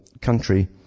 country